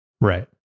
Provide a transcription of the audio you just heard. right